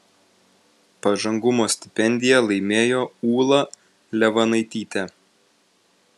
pažangumo stipendiją laimėjo ūla levanaitytė